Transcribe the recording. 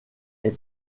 est